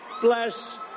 bless